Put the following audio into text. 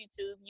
YouTube